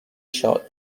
شاد